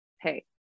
Hey